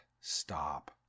stop